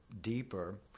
deeper